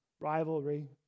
rivalry